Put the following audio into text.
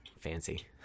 Fancy